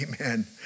Amen